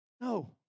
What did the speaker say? No